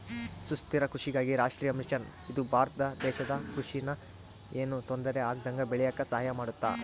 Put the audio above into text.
ಸುಸ್ಥಿರ ಕೃಷಿಗಾಗಿ ರಾಷ್ಟ್ರೀಯ ಮಿಷನ್ ಇದು ಭಾರತ ದೇಶದ ಕೃಷಿ ನ ಯೆನು ತೊಂದರೆ ಆಗ್ದಂಗ ಬೇಳಿಯಾಕ ಸಹಾಯ ಮಾಡುತ್ತ